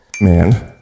man